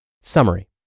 Summary